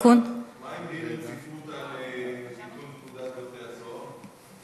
מה עם דין רציפות על תיקון פקודת בתי-הסוהר?